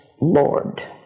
Lord